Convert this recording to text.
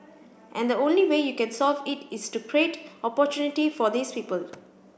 and the only way you can solve it is to create opportunity for these people